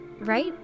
Right